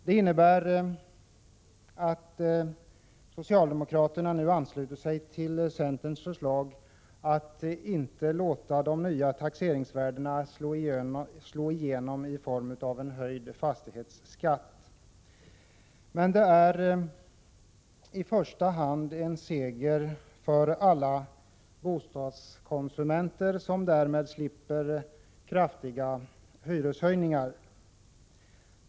Det innebär att socialdemokraterna nu ansluter sig till centerns förslag att inte låta de nya taxeringsvärdena slå igenom i form av en höjning av fastighetsskatten. Men det är i första hand en seger för alla bostadskonsumenter som därmed slipper kraftiga hyreshöjningar.